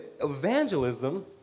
evangelism